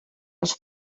els